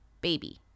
Baby